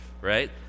right